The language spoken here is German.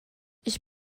ich